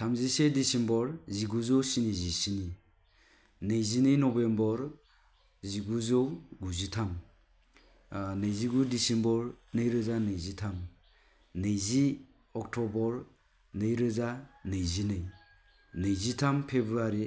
थामजिसे डिसेम्बर जिगुजौ सिजिस्नि नैजिनै नभेम्बर जिगुजौ गुजिथाम ओ नैजिगु डिसेम्बर नैरोजा नैजिथाम नैजि अक्ट'बर नैरोजा नैजिनै नैजिथाम फेब्रुवारि